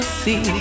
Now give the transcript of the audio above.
see